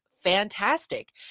fantastic